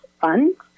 funds